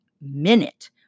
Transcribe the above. minute